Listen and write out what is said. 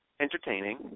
entertaining